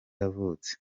yavutse